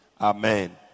Amen